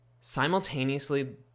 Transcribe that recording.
simultaneously